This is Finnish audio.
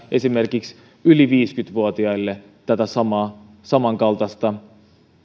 esimerkiksi yli viisikymmentä vuotiaille samankaltaista